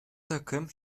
takım